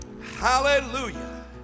Hallelujah